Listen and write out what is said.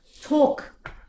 Talk